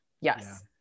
yes